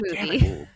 movie